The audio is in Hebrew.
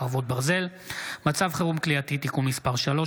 חרבות ברזל) (מצב חירום כליאתי) (תיקון מס' 3),